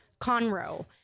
Conroe